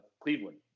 Cleveland